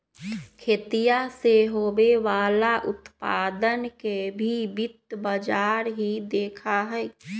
खेतीया से होवे वाला उत्पादन के भी वित्त बाजार ही देखा हई